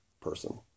person